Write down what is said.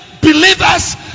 believers